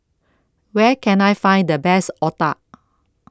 Where Can I Find The Best Otah